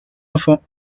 enfants